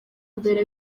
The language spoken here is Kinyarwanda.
mbere